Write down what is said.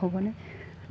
হ'বনে